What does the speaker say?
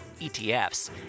ETFs